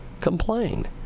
complain